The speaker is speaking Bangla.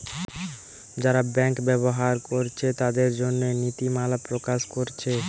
যারা ব্যাংক ব্যবহার কোরছে তাদের জন্যে নীতিমালা প্রকাশ কোরছে